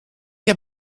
heb